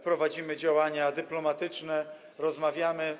Prowadzimy działania dyplomatyczne, rozmawiamy.